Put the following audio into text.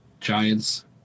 Giants